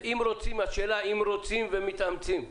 אם רוצים, השאלה אם רוצים ומתאמצים.